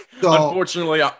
unfortunately